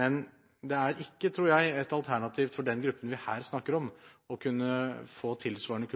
Men det er ikke – tror jeg – et alternativ for den gruppen vi her snakker om, å kunne få tilsvarende